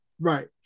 Right